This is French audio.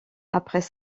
après